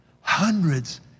hundreds